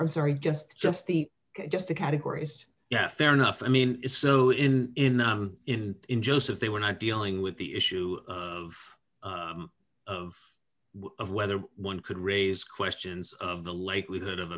i'm sorry just just the just the categories yeah fair enough i mean it's so in in in joseph they were not dealing with the issue of of of whether one could raise questions of the likelihood of